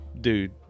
dude